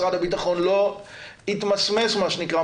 משרד הביטחון התמסמס מה שנקרא,